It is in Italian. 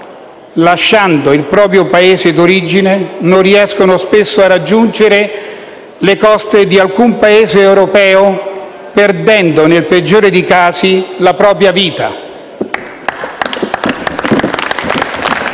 lasciano il proprio Paese d'origine e non riescono spesso a raggiungere le coste di alcun Paese europeo, perdendo nel peggiore dei casi la propria vita.